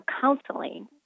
counseling